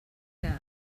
now